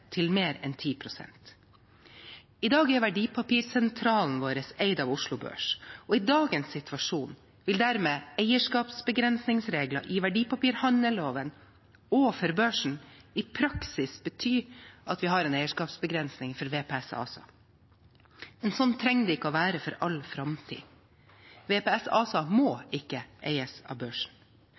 til mer enn 10 pst. I dag er verdipapirsentralen vår eid av Oslo Børs. I dagens situasjon vil dermed eierskapsbegrensningsregler i verdipapirhandelloven og for børsen i praksis bety at vi har en eierskapsbegrensning for VPS ASA. Men slik trenger det ikke å være for all framtid. VPS ASA må ikke eies av børsen.